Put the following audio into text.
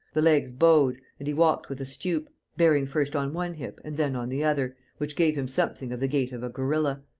the legs bowed and he walked with a stoop, bearing first on one hip and then on the other, which gave him something of the gait of a gorilla.